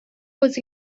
was